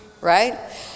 Right